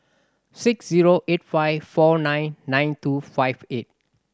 six zero eight five four nine nine two five eight